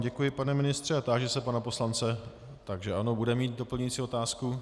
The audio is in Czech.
Děkuji vám pane ministře a táži se pana poslance takže ano, bude mít doplňující otázku.